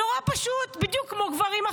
נורא פשוט, בדיוק כמו גברים.